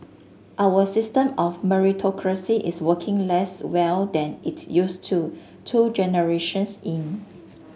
our system of meritocracy is working less well than it used to two generations in